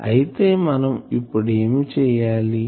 అయితే మనం ఇప్పుడు ఏమి చేయాలి